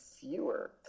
fewer